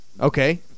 Okay